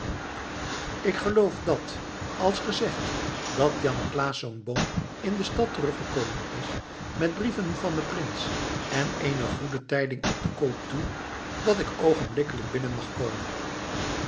ik geloof dat als ge zegt dat jan claesz boon in de stad terug gekomen is met brieven van den prins en eene goede tijding op den koop toe dat ik oogenblikkelijk binnen mag komen